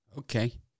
Okay